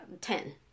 Ten